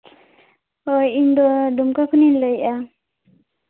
ᱦᱳᱭ ᱤᱧᱫᱚ ᱫᱩᱢᱠᱟᱹ ᱠᱷᱚᱱᱤᱧ ᱞᱟᱹᱭᱮᱜᱼᱟ